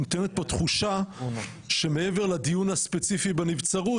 נותנת פה תחושה שמעבר לדיון הספציפי בנצרות,